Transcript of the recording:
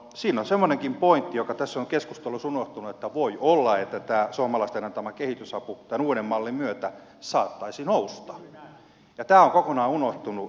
siinä on semmoinenkin pointti joka tässä on keskustelussa unohtunut että voi olla että tämä suomalaisten antama kehitysapu tämän uuden mallin myötä saattaisi nousta ja tämä on kokonaan unohtunut